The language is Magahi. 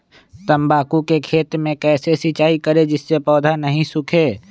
तम्बाकू के खेत मे कैसे सिंचाई करें जिस से पौधा नहीं सूखे?